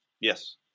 Yes